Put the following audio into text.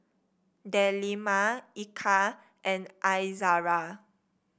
Delima Eka and Izara